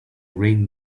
ring